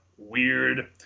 weird